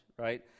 Right